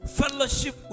fellowship